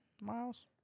miles